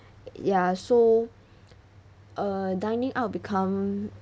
ya so err dining out become